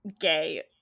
gay